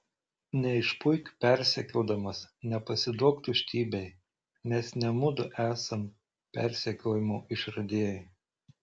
neišpuik persekiodamas nepasiduok tuštybei nes ne mudu esam persekiojimo išradėjai